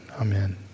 Amen